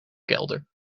kelder